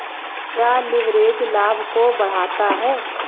क्या लिवरेज लाभ को बढ़ाता है?